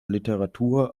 literatur